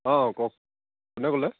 অঁ কওক কোনে ক'লে